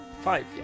five